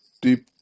deep